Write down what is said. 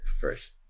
first